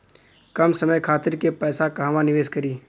कम समय खातिर के पैसा कहवा निवेश करि?